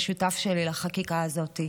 השותף שלי לחקיקה הזאת,